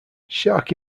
shark